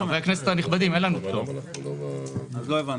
במכונה מים, זה לא עובד.